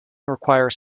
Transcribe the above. require